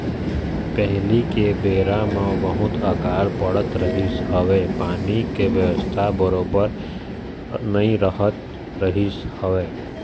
पहिली के बेरा म बहुत अकाल पड़त रहिस हवय पानी के बेवस्था बरोबर नइ रहत रहिस हवय